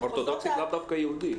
--- אורתודוקסית לאו דווקא יהודית.